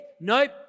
Nope